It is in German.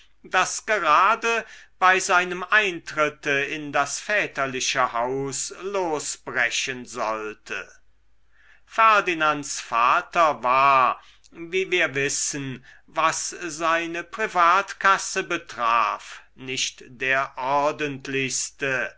das gerade bei seinem eintritte in das väterliche haus losbrechen sollte ferdinands vater war wie wir wissen was seine privatkasse betraf nicht der ordentlichste